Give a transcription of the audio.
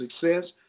success